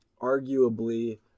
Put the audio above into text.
arguably